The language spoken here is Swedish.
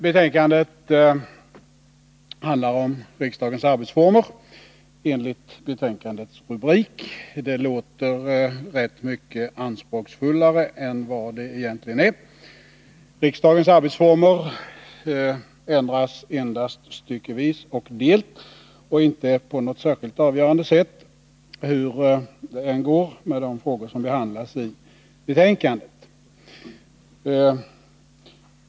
Betänkandet handlar enligt betänkandets rubrik om riksdagens arbetsformer. Det låter rätt mycket anspråksfullare än vad det egentligen är. Riksdagens arbetsformer ändras endast styckevis och delt och inte på något särskilt avgörande sätt hur det än går med de frågor som behandlas i betänkandet.